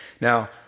Now